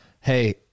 hey